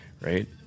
right